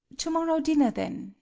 to-morrow dinner then?